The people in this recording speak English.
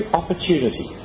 opportunity